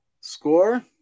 Score